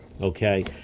Okay